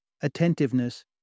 attentiveness